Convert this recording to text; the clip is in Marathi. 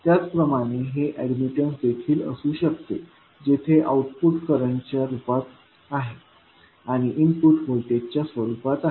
त्याचप्रमाणे हे ऍडमिटन्स देखील असू शकते जेथे आउटपुट करंटच्या रूपात आहे आणि इनपुट व्होल्टेजच्या स्वरूपात आहे